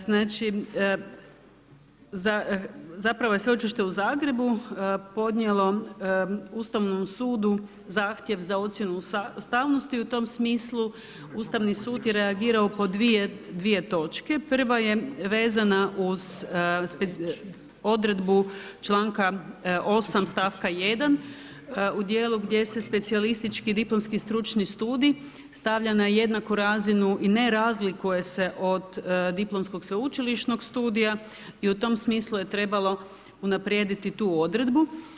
Znači, zapravo je Sveučilište u Zagrebu, podnijelo Ustavnom sudu zahtjev za ocjenu ustavnosti i u tom smislu Ustavni sud je reagirao po 2 točke, prvo je vezano uz odredbu čl. 8. stavka 1. u dijelu gdje se specijalistički diplomski stručni studij, stavlja na jednaku razinu i ne razlikuje se od diplomskog sveučilišnog studija i u tom smislu je trebalo unaprijediti tu odredbu.